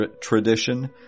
tradition